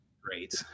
Great